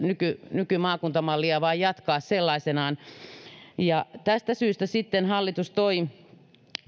nykymaakuntamallia vain jatkaa sellaisenaan tästä syystä sitten hallitus toi